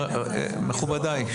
מכובדיי,